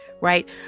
right